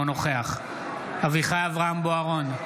אינו נוכח אביחי אברהם בוארון,